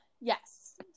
yes